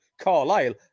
Carlisle